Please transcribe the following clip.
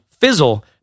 Fizzle